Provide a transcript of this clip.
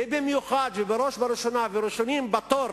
ובמיוחד, ובראש ובראשונה, והראשונים בתור